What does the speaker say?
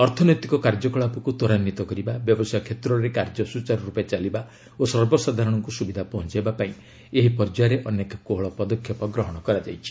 ଅର୍ଥନୈତିକ କାର୍ଯ୍ୟକଳାପକୁ ତ୍ୱରାନ୍ଧିତ କରିବା ବ୍ୟବସାୟ କ୍ଷେତ୍ରରେ କାର୍ଯ୍ୟ ସୂଚାରୁରୂପେ ଚାଲିବା ଓ ସର୍ବସାଧାରଣଙ୍କୁ ସୁବିଧା ପହଞ୍ଚାଇବା ପାଇଁ ଏହି ପର୍ଯ୍ୟାୟରେ ଅନେକ କୋହଳ ପଦକ୍ଷେପ ଗ୍ରହଣ କରାଯାଇଛି